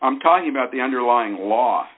i'm talking about the underlying law